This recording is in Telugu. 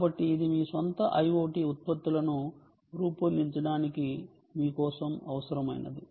కాబట్టి ఇది మీ సొంత IoT ఉత్పత్తులను రూపొందించడానికి మీ కోసం అవసరమైనది